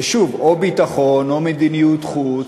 זה שוב, או ביטחון או מדיניות חוץ.